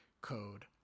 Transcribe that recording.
code